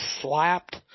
slapped